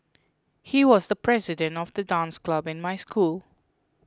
he was the president of the dance club in my school